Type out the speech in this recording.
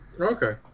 Okay